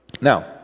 Now